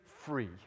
free